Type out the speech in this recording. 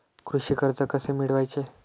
कृषी कर्ज कसे मिळवायचे?